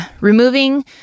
removing